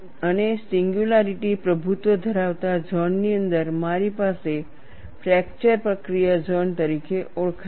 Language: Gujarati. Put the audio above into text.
અને સિંગયુલારિટી પ્રભુત્વ ધરાવતા ઝોનની અંદર મારી પાસે ફ્રેકચર પ્રક્રિયા ઝોન તરીકે ઓળખાય છે